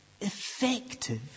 effective